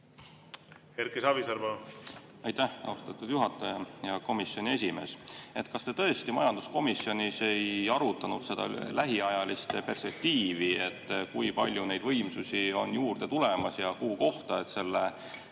kerkida? Aitäh, austatud juhataja! Hea komisjoni esimees! Kas te tõesti majanduskomisjonis ei arutanud lähiajalist perspektiivi, et kui palju neid võimsusi on juurde tulemas ja kuhu kohta, et selle